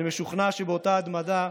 אני משוכנע שבאותה התמדה,